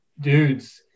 dudes